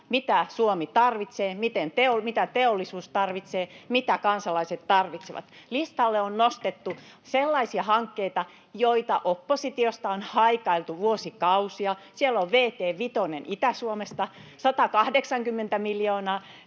mitä Suomi tarvitsee, mitä teollisuus tarvitsee, mitä kansalaiset tarvitsevat. Listalle on nostettu sellaisia hankkeita, joita oppositiosta on haikailtu vuosikausia. Siellä on vt 5 Itä-Suomesta, 180 miljoonaa.